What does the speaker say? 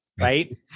Right